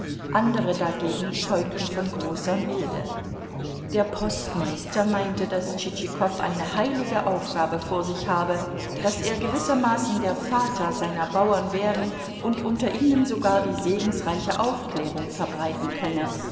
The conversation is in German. andere dagegen zeugten von großer milde der postmeister meinte daß tschitschikow eine heilige aufgabe vor sich habe daß er gewissermaßen der vater seiner bauern werden und unter ihnen sogar die segensreiche aufklärung verbreiten könne